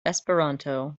esperanto